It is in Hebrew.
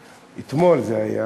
אתמול זה היה,